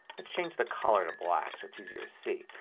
let's change the color to black so it's easier to see.